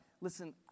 listen